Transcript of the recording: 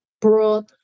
brought